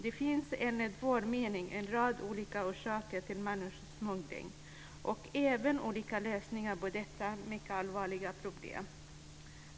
Det finns enligt vår mening en rad olika orsaker till människosmuggling och även olika lösningar på detta mycket allvarliga problem.